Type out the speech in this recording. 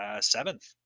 seventh